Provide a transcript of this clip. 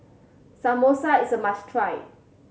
samosa is a must try